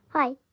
Hi